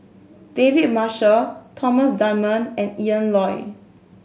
David Marshall Thomas Dunman and Ian Loy